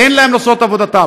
תן להם לעשות את עבודתם.